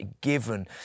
given